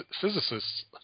physicists